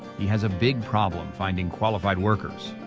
he has a big problem finding qualified workers.